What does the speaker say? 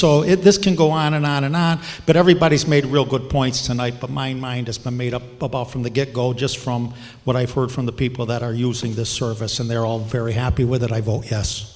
this can go on and on and on but everybody's made real good points tonight but my mind is made up from the get go just from what i've heard from the people that are using the service and they're all very happy with it i vote yes